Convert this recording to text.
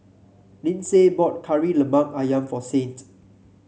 Lyndsay bought Kari Lemak ayam for Saint